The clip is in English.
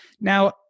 Now